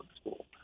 school